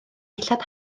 dillad